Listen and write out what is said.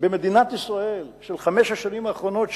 במדינת ישראל של חמש השנים האחרונות,